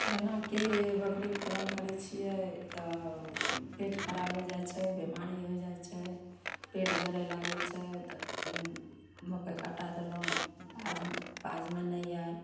जेनाकी बकरी पालन करैत छियै तऽ पेट खराब हो जाइत छै बीमारी हो जाइत छै पेट झरे लागैत छै तऽ मकै के आटा देलहुँ पाज पाजमे नहि आएल